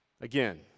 again